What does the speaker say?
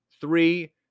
Three